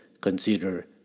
consider